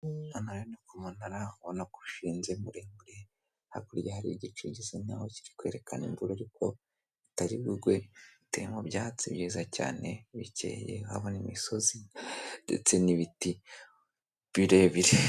Hariho ikirangantego hariho amagambo yanditse rurimi rw'icyongereza n'ikinyarwanda mu kinyarwanda haraditse ngo banki nkuru y'u Rwanda hariho amadarapo y'ibihugu rimwe abiri atatu ane atanu.